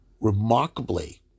remarkably